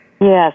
Yes